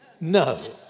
No